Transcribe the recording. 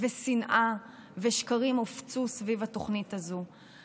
שנאה ושקרים הופצו סביב התוכנית הזאת.